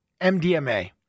MDMA